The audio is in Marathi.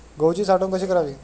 गहूची साठवण कशी करावी?